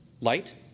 light